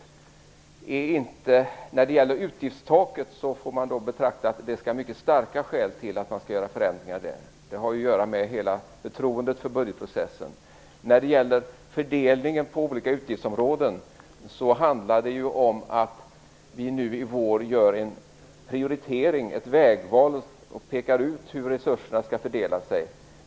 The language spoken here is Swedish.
När det gäller utgiftstaket vill jag säga att det skall mycket starka skäl till för att man skall göra förändringar där. Det har att göra med hela förtroendet för budgetprocessen. När det gäller fördelningen på olika utgiftsområden handlar det ju om att vi nu i vår gör en prioritering, ett vägval, och pekar ut hur resurserna skall fördelas.